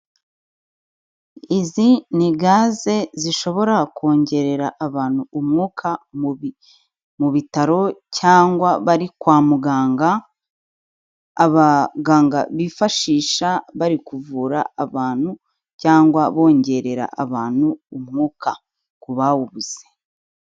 Izi ni gaze zishobora kongerera abantu umwuka mubi, mu bitaro cyangwa bari kwa muganga, abaganga bifashisha bari kuvura abantu cyangwa bongerera abantu umwuka ku bawubuze.